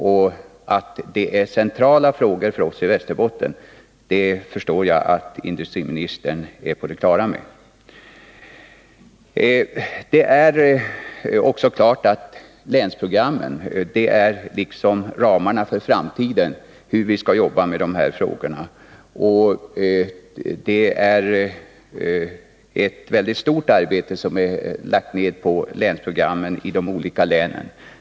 Och jag förstår att industriministern är på det klara med att det är centrala frågor för oss i Västerbotten. Det är också klart att länsprogrammet skall ange ramarna för hur vi i framtiden skall jobba med de här frågorna. Ett väldigt stort arbete är nedlagt på länsprogrammen i de olika länen.